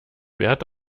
wert